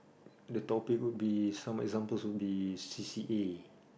the topic would be some examples would be c_c_a